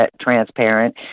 transparent